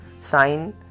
sign